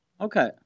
okay